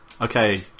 Okay